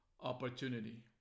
opportunity